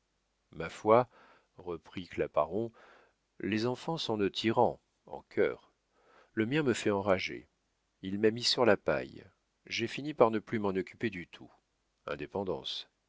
ma foi reprit claparon les enfants sont nos tyrans en cœur le mien me fait enrager il m'a mis sur la paille j'ai fini par ne plus m'en occuper du tout indépendance